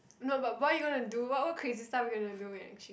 no but why you gonna do what what crazy stuffs you gonna do in exchange